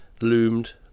loomed